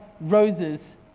roses